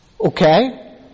okay